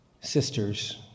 sisters